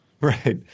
Right